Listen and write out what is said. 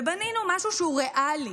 בנינו משהו שהוא ריאלי,